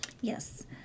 Yes